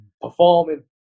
performing